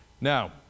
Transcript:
now